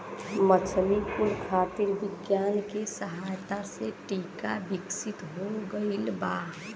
मछली कुल खातिर विज्ञान के सहायता से टीका विकसित हो गइल बा